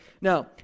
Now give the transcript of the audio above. now